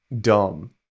dumb